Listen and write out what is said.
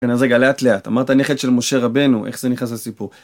רגע, לאט לאט, אמרת נכד של משה רבנו, איך זה נכנס לסיפור?